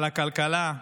על הכלכלה,